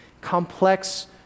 complex